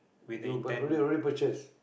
you pur~ already purchase